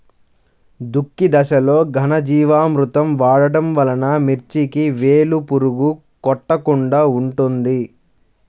దుక్కి దశలో ఘనజీవామృతం వాడటం వలన మిర్చికి వేలు పురుగు కొట్టకుండా ఉంటుంది?